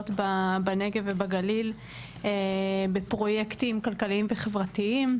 בנגב ובגליל בפרויקטים כלכליים וחברתיים.